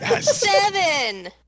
seven